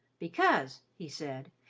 because, he said,